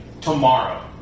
tomorrow